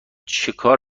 چکار